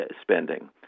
spending